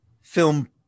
film